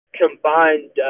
combined